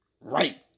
Right